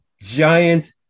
giant